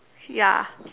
ya